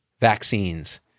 vaccines